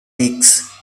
lakes